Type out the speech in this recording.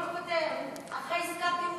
אז היו מדיחים אותו,